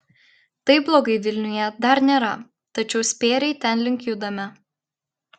taip blogai vilniuje dar nėra tačiau spėriai tenlink judame